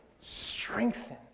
strengthen